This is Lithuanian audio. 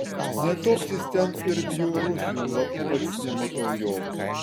ne toks jis ten ir bjaurus juolab pats nematau jo